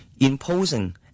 imposing